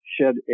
shed